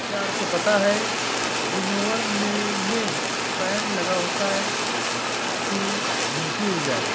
क्या आपको पता है विनोवर में फैन लगा होता है ताकि भूंसी उड़ जाए?